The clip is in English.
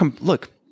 look